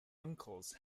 uncles